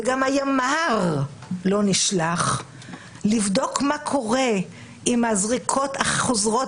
וגם הימ"ר לא נשלח לבדוק מה קורה עם הזריקות החוזרות